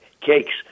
cakes